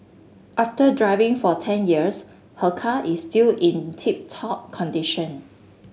after driving for ten years her car is still in tip top condition